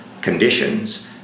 conditions